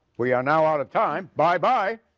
we are now out of time, bye-bye.